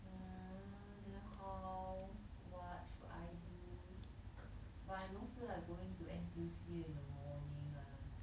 mm then how what should I do but I don't feel like going to N_T_U_C in the morning eh